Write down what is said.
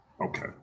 Okay